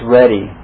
ready